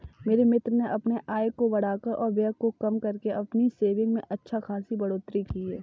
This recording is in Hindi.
मेरे मित्र ने अपने आय को बढ़ाकर और व्यय को कम करके अपनी सेविंग्स में अच्छा खासी बढ़ोत्तरी की